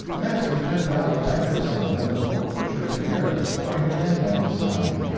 next, we turned down the banker's son and the pork-butcher's heir right again, and sound.